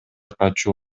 качуу